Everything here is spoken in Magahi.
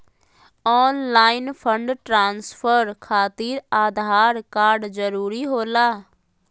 ऑनलाइन फंड ट्रांसफर खातिर आधार कार्ड जरूरी होला?